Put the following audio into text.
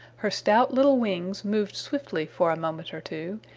her stout little wings moved swiftly for a moment or two,